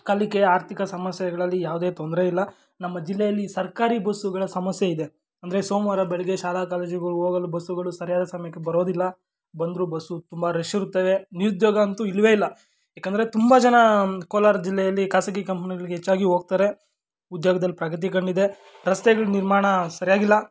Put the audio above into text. ಕಲಿಕೆ ಆರ್ಥಿಕ ಸಮಸ್ಯೆಗಳಲ್ಲಿ ಯಾವುದೇ ತೊಂದರೆ ಇಲ್ಲ ನಮ್ಮ ಜಿಲ್ಲೆಯಲ್ಲಿ ಸರ್ಕಾರಿ ಬಸ್ಸುಗಳ ಸಮಸ್ಯೆ ಇದೆ ಅಂದರೆ ಸೋಮವಾರ ಬೆಳಿಗ್ಗೆ ಶಾಲಾ ಕಾಲೇಜುಗಳ ಹೋಗಲು ಬಸ್ಸುಗಳು ಸರಿಯಾದ ಸಮಯಕ್ಕೆ ಬರೋದಿಲ್ಲ ಬಂದರೂ ಬಸ್ಸು ತುಂಬ ರಷ್ ಇರುತ್ತವೆ ನಿರುದ್ಯೋಗ ಅಂತೂ ಇಲ್ಲವೇ ಇಲ್ಲ ಯಾಕಂದರೆ ತುಂಬ ಜನ ಕೋಲಾರ ಜಿಲ್ಲೆಯಲ್ಲಿ ಖಾಸಗಿ ಕಂಪ್ನಿಗಳಿಗೆ ಹೆಚ್ಚಾಗಿ ಹೋಗ್ತಾರೆ ಉದ್ಯೋಗದಲ್ಲಿ ಪ್ರಗತಿ ಕಂಡಿದೆ ರಸ್ತೆಗ್ಳ ನಿರ್ಮಾಣ ಸರಿಯಾಗಿಲ್ಲ